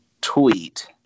tweet